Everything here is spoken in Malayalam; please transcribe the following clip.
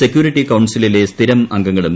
സെക്യൂരിറ്റി കൌൺസിലിലെ സ്ഥിരം അംഗങ്ങളും